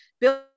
build